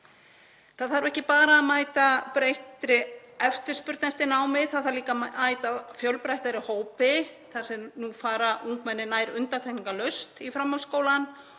Það þarf ekki bara að mæta breyttri eftirspurn eftir námi. Það þarf líka að mæta fjölbreyttari hópi þar sem nú fara ungmenni nær undantekningarlaust í framhaldsskóla.